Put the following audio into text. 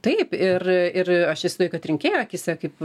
taip ir ir aš visą laiką kad rinkėjų akyse kaip